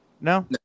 No